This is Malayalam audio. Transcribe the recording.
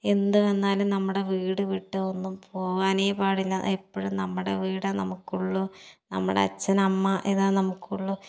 എന്ത് വന്നാലും നമ്മുടെ വീട് വിട്ട് ഒന്നും പോകാനേ പാടില്ല എപ്പോഴും നമ്മുടെ വീടേ നമുക്കുള്ളു നമ്മുടെ അച്ഛൻ അമ്മ ഇതാണ് നമുക്കുള്ളു